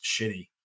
shitty